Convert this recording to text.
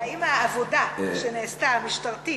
האם העבודה שנעשתה, המשטרתית,